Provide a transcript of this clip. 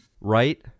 Right